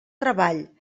treball